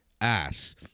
ass